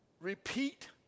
Repeat